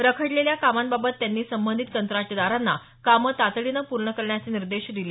रखडलेल्या कामांबाबत त्यांनी संबंधित कंत्राटदारांना कामं तातडीनं काम पूर्ण करण्याचे निर्देश दिले